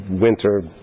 winter